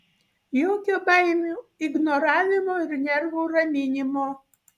jokio baimių ignoravimo ir nervų raminimo